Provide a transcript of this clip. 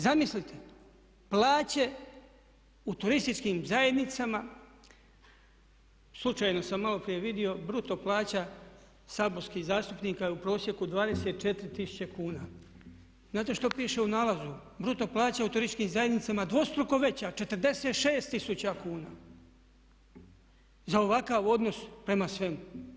Zamislite plaće u turističkim zajednicama, slučajno sam maloprije vidio bruto plaća saborskih zastupnika je u prosjeku 24 tisuće kuna, znate što piše u nalazu bruto plaća u turističkim zajednicama je dvostruko veća 46 tisuća kuna za ovakav odnos prema svemu.